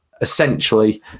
essentially